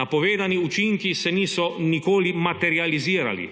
Napovedani učinki se niso nikoli materializirali,